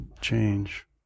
change